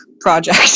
project